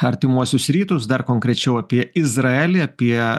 artimuosius rytus dar konkrečiau apie izraelį apie